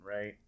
right